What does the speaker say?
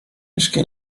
myszki